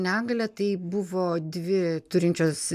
negalią tai buvo dvi turinčios